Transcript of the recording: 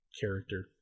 character